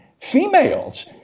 females